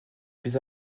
plus